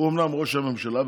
הוא אומנם ראש הממשלה,